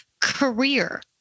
Career